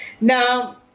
Now